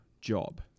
job